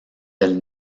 del